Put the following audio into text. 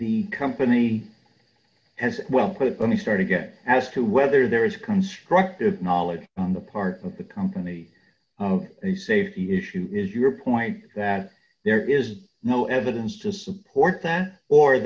the company has well put it on the stand again as to whether there is constructive knowledge on the part of the company a safety issue is your point that there is no evidence to support that or